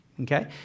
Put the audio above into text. okay